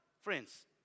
friends